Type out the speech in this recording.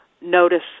notice